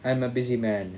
I'm a busy man